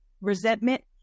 resentment